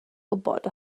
gwybod